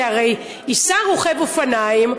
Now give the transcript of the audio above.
כי הרי ייסע רוכב אופניים,